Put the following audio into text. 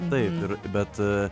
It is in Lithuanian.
taip ir bet